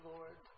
Lord